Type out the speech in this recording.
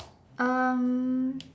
um